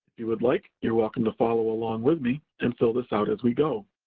you would like, you're welcome to follow along with me, and fill this out as we go.